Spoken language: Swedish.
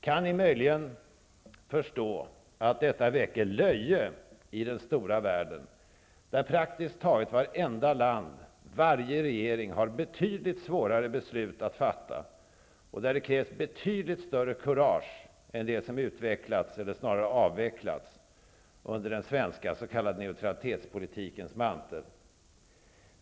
Kan ni möjligen förstå att detta väcker löje i den stora världen, där praktiskt taget vartenda land, varje regering, har betydligt svårare beslut att fatta och där det krävs betydligt större kurage än det som utvecklats, eller snarare avvecklats, under den svenska s.k. neutralitetspolitikens mantel?